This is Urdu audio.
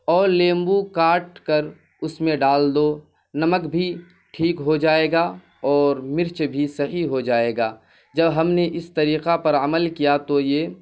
اور لیمبو کاٹ کر اس میں ڈال دو نمک بھی ٹھیک ہو جائے گا اور مرچ بھی صحیح ہو جائے گا جب ہم نے اس طریقہ پر عمل کیا تو یہ